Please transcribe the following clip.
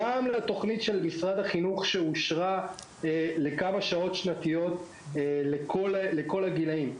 גם לתוכנית של משרד החינוך שאושרה לכמה שעות שנתיות לכל הגילים,